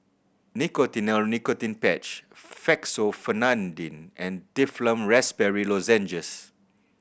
Nicotinell Nicotine Patch Fexofenadine and Difflam Raspberry Lozenges